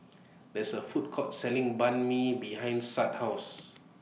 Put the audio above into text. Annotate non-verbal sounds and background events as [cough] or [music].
[noise] There IS A Food Court Selling Banh MI behind Shad's House